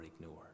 ignore